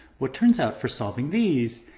well it turns out, for solving these,